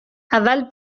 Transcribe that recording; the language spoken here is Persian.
اول